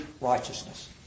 righteousness